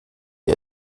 ihr